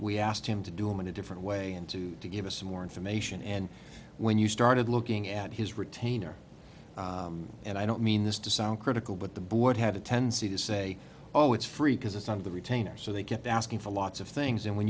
we asked him to do in a different way and to give us more information and when you started looking at his retainer and i don't mean this to sound critical but the board had a tendency to say oh it's free because it's on the retainer so they kept asking for lots of things and when